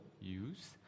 use